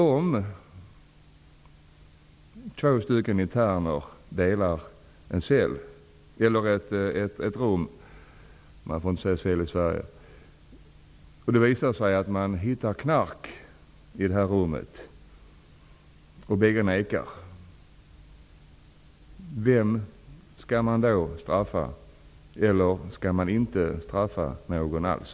Om två interner delar rum -- man får inte säga cell i Sverige -- och det visar sig att man hittar knark i rummet, vem skall man då straffa om båda nekar? Eller är det kanske så att man inte skall straffa någon alls?